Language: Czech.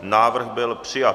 Návrh byl přijat.